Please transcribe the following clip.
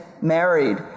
married